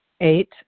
eight